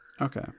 okay